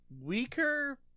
weaker